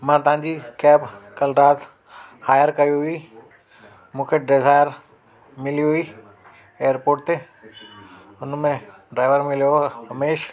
मां तव्हांजी कैब कल्ह राति हायर कई हुई मूंखे डिज़ायर मिली हुई एयरपोट ते हुनमें ड्राइवर मिलियो हुयो रमेश